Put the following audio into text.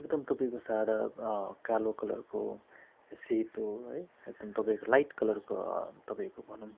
एकदम तपाईँको सादा कालो कलरको सेतो है एकदम तपाईँको लाइट कलरको तपाईँको भनौँ